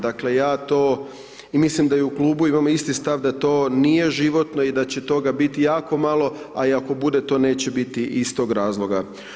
Dakle, ja to mislim da i u klubu imamo isti stav da to nije životno i da će toga biti jako malo, a i ako bude to neće biti iz tog razloga.